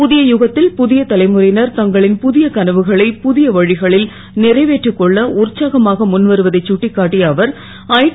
பு ய யுகத் ல் பு ய தலைமுறை னர் தங்களின் பு ய கனவுகளை பு ய வ களில் றைவேற்றிக் கொள்ள உற்சாகமாக முன்வருவதை சுட்டிக்காட்டிய அவர் ஐடி